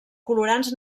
colorants